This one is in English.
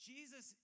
Jesus